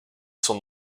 son